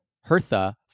Hertha